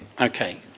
Okay